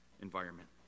environment